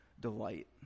delight